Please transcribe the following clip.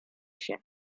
się